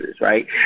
right